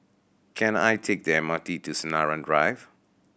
can I take the M R T to Sinaran Drive